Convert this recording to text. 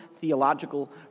theological